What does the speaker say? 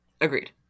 Agreed